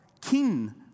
king